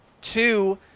Two